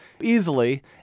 easily